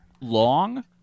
long